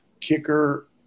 kicker